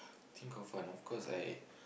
think of one because I